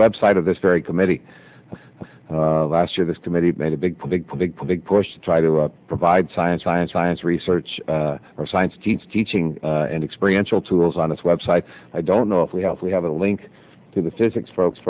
website of this very committee last year this committee made a big big big big push to try to provide science science science research our science teacher teaching and experience all tools on this website i don't know if we help we have a link to the physics folks